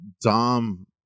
Dom